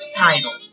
title